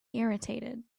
irritated